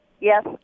Yes